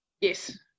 yes